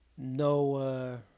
no